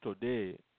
today